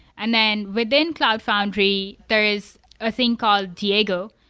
and then within cloud foundry, there is a thing called diego,